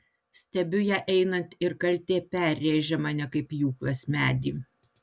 stebiu ją einant ir kaltė perrėžia mane kaip pjūklas medį